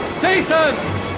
Jason